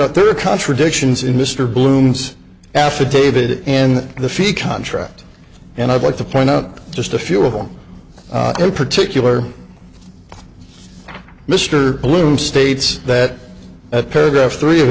out there are contradictions in mr bloom's affidavit and the fee contract and i'd like to point out just a few of them their particular mr bloom states that at paragraph three of